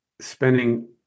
spending